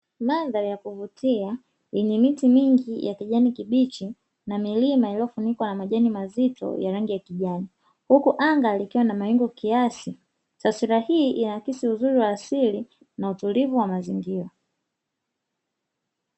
Mandhari ya kuvutia yenye miti mingi ya kijani kibichi na milima iliyofunikwa na majani mazito ya rangi ya kijani, huku anga likiwa na mawingu kiasi. Taswira hii inaakisi uzuri wa asili na utulivu wa mazingira.